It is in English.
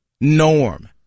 norm